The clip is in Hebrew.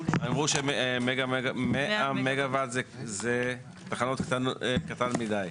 אמרו ש-100 מגה-וואט זה תחנה קטנה מידי.